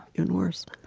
and worse.